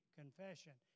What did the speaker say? confession